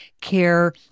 care